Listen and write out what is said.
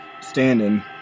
standing